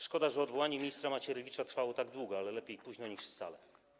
Szkoda, że odwołanie ministra Macierewicza trwało tak długo, ale lepiej późno niż wcale.